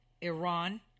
Iran